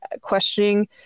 questioning